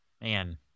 Man